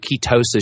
ketosis